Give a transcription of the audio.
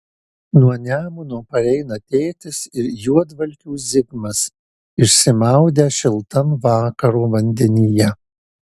nuo nemuno pareina tėtis ir juodvalkių zigmas išsimaudę šiltam vakaro vandenyje